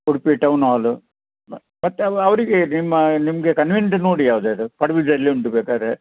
Udupi town ಹಾಲು ಮತ್ತು ಅವ ಅವರಿಗೆ ನಿಮ್ಮ ನಿಮಗೆ ಕನ್ವೀಂಟು ನೋಡಿ ಯಾವ್ದು ಯಾವುದು ಪಡುಬಿದ್ರೆಯಲ್ಲಿ ಉಂಟು ಬೇಕಾದ್ರೆ